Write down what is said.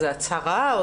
זו הצהרה?